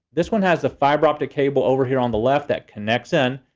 this one has a fiber optic cable over here on the left that connects in,